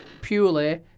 purely